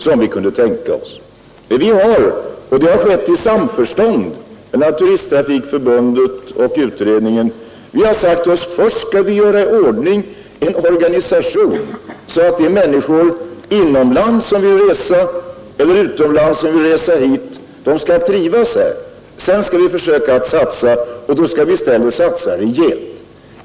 Vi har därför sagt oss — och där har det varit fullt samförstånd mellan turisttrafikförbundet och utredningen — att först skall vi iordningställa en organisation som gör att de människor som vill resa inom landet eller utlänningar som vill resa hit verkligen skall kunna trivas här. Sedan skall vi satsa på försäljning — och då skall vi satsa rejält!